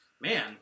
Man